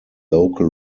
local